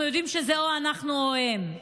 אנחנו יודעים שזה או אנחנו או הם,